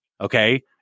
okay